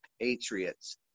Patriots